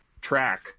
track